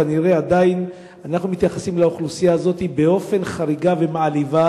כנראה עדיין אנחנו מתייחסים לאוכלוסייה הזאת באופן חריג ומעליב,